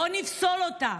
בוא נפסול אותה,